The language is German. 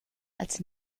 als